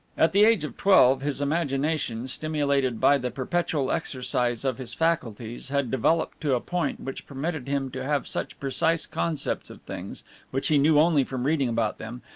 at the age of twelve his imagination, stimulated by the perpetual exercise of his faculties, had developed to a point which permitted him to have such precise concepts of things which he knew only from reading about them,